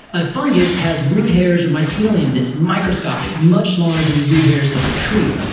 a fungus has root hairs or mycelium that's microscopic, much smaller than the root hairs of a tree.